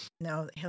No